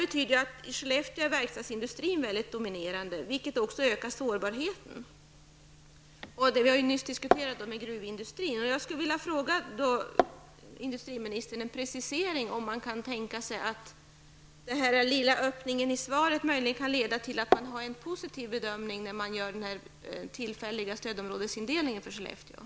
I Skellefteå är verkstadsindustrin väldigt dominerande, vilket ökar sårbarheten. Vi har nyss diskuterat gruvindustrin. Jag vill be industriministern om en precisering. Kan den lilla öppningen i svaret möjligen leda till en positiv bedömning av